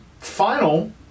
final